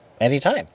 anytime